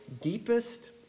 deepest